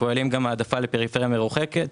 שכוללים גם העדפה לפריפריה מרוחקת,